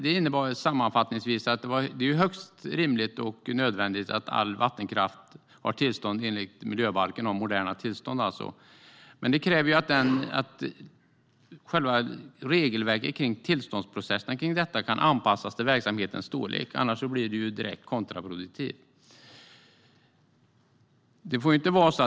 Det innebär sammanfattningsvis att det är högst rimligt och nödvändigt att all vattenkraft har moderna tillstånd enligt miljöbalken. Men det kräver att själva regelverket för tillståndsprocesserna för detta kan anpassas till verksamhetens storlek. Annars blir det direkt kontraproduktivt.